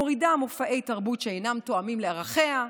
מורידה מופעי תרבות שאינם תואמים לערכיה.